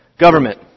Government